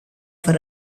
for